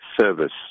service